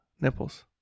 Nipples